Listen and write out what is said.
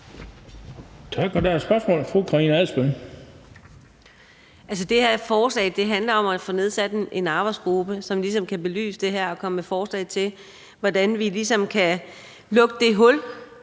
Kl. 14:10 Karina Adsbøl (DF): Altså, det her forslag handler om at få nedsat en arbejdsgruppe, som kan belyse det her og komme med forslag til, hvordan vi ligesom kan lukke det hul